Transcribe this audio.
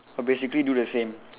I'll basically do the same